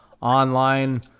online